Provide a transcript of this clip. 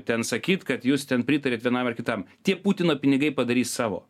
ten sakyt kad jūs ten pritariat vienam ar kitam tie putino pinigai padarys savo